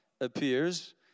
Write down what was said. appears